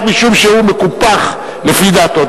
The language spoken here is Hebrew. רק משום שהוא מקופח לפי דעתו.